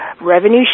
Revenue